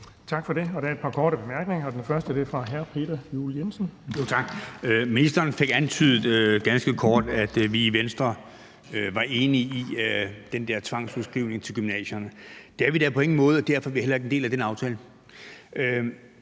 Tak for det. Der er et par korte bemærkninger. Den første er fra hr. Peter Juel-Jensen. Kl. 16:58 Peter Juel-Jensen (V): Tak. Ministeren fik ganske kort antydet, at vi i Venstre var enige i den der tvangsudskrivning til gymnasierne. Det er vi da på ingen måde, og derfor er vi heller ikke en del af den aftale.